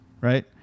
right